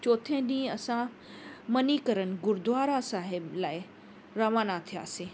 चौथे ॾींहुं असां मनिकरण गुरुद्वारा साहिबु लाइ रवाना थियासीं